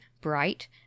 bright